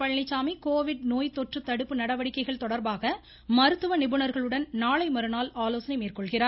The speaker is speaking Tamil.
பழனிச்சாமி கோவிட் நோய்த்தொற்று தடுப்பு நடவடிக்கைகள் தொடர்பாக மருத்துவ நிபுணர்களுடன் நாளை மறுநாள் ஆலோசனை மேற்கொள்கிறார்